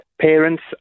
parents